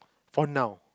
for now